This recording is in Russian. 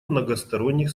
многосторонних